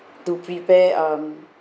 to prepare um